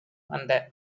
அந்த